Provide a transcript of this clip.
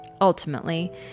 Ultimately